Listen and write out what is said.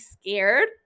scared